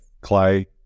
Clay